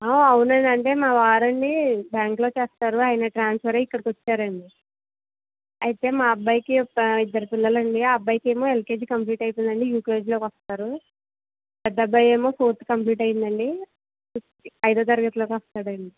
అవునండి అంటే మా వారండి బ్యాంకులో చేస్తారు అయన ట్రాన్స్ఫర్ అయి ఇక్కడికి వచ్చారండి అయితే మా అబ్బాయికి ఒకసా ఇద్దరు పిల్లలు అండి అబ్బాయికేమో ఎల్కేజి అయిపోయిందండి యూకేజీలోకి వస్తారు పెద్దబ్బాయి ఏమో ఫోర్త్ కంప్లీట్ అయ్యిందండి ఫిఫ్త్కి ఐదో తరగతిలోకి వస్తాడండి